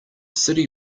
city